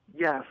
Yes